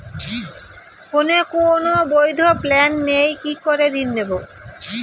ফোনে কোন বৈধ প্ল্যান নেই কি করে ঋণ নেব?